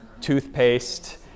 toothpaste